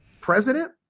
president